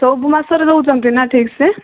ସବୁ ମାସରେ ଦେଉଛନ୍ତି ନା ଠିକ୍ ସେ